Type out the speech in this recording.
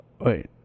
wait